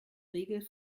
regel